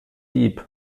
dieb